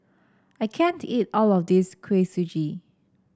I can't eat all of this Kuih Suji